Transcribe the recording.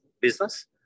business